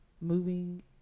Moving